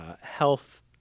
health